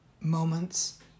moments